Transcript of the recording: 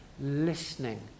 listening